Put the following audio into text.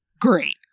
Great